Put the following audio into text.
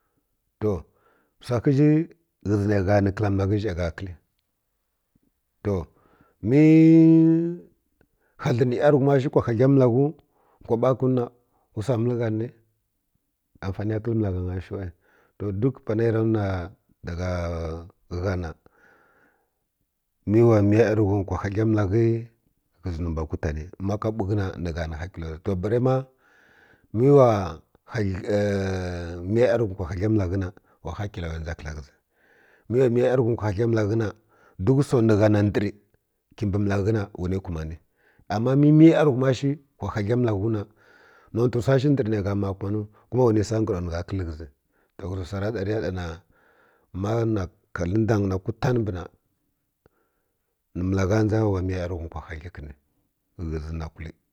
To wsa ghə zi ghə zi nə gha ni kla mə lghə zhə gha kəl to mə hadlən nə yanghum ma shiw kwa hura mələghəw nkwaba kənu na wu wsa məl gha nə afaniya kəl məlghanya shiw to duk pani ya ra nuwi na dagha gha na mə wa miya yanghum kwa hadli məbghə ghə zi nombe kwutani ma ka bakə na ni gha hi hakilo zhi balə ma mə wa miya yang hun kwa hadli məlaghə na wa hakilo za kla ghə zi mə wa miya kanghum kwa hadli məkghə na duk wsai ni gha na ndər kibi məkghə na wani kumani alnu mə miya yarighum shi kwa hadli məlaghəw na nontə wsa shi ndər nə gha ma kumaniw kuma wa nə sa ngəru nə gha kəl ghə zi ghə zi wsa ra ɗa rə ya ɗa na ma na kaləndang na kwtan mbə na nə məlaghə dʒa wa miya yarighum kira hadli kə nə ghə zi na kul.